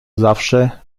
zawsze